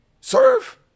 Serve